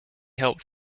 helped